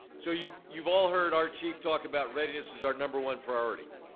so you've you've all heard our chief talk about readiness as our number one priority.